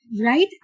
right